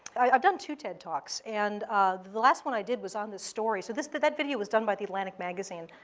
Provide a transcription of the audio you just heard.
i've done two ted talks, and the the last one i did was on this story. so but that video was done by the atlantic magazine,